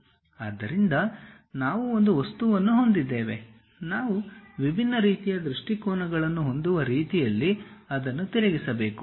ಆದ್ದರಿಂದ ನಾವು ಒಂದು ವಸ್ತುವನ್ನು ಹೊಂದಿದ್ದೇವೆ ನಾವು ವಿಭಿನ್ನ ರೀತಿಯ ದೃಷ್ಟಿಕೋನಗಳನ್ನು ಹೊಂದುವ ರೀತಿಯಲ್ಲಿ ಅದನ್ನು ತಿರುಗಿಸಬೇಕು